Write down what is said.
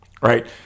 right